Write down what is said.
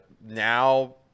now –